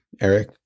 Eric